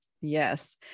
yes